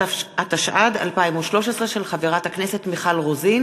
התשע"ד 2013, של חברת הכנסת מיכל רוזין